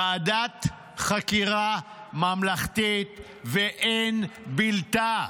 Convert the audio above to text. ועדת חקירה ממלכתית ואין בלתה.